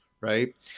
right